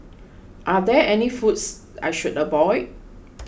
are there any foods I should avoid